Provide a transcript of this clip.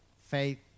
faith